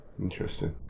Interesting